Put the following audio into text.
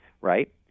right